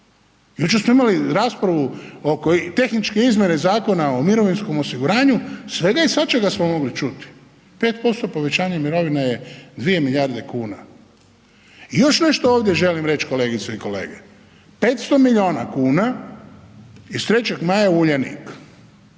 Jučer smo imali raspravu oko tehničke izmjene Zakona o mirovinskom osiguranju, svega i svačega smo mogli čuti. 5% povećanje mirovina je 2 milijarde kuna. I još nešto ovdje želim reći, kolegice i kolege. 500 milijuna kuna iz 3. Maja u Uljanik.